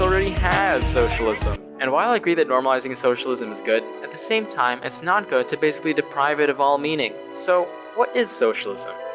already has socialism! and while i agree that normalizing socialism is good, at the same time it's not good to basically deprive it of all meaning. so what is socialism?